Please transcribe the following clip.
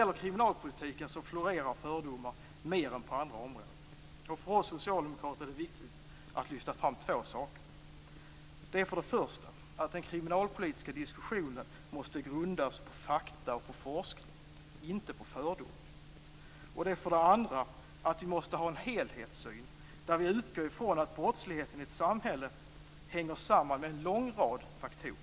På kriminalpolitikens område florerar fördomar mer än på andra områden. För oss socialdemokrater är det viktigt att lyfta fram två saker. För det första måste den kriminalpolitiska diskussionen grundas på fakta och forskning, inte på fördomar. För det andra måste vi ha en helhetssyn där vi utgår ifrån att brottsligheten i ett samhälle hänger samman med en lång rad faktorer.